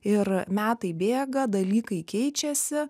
ir metai bėga dalykai keičiasi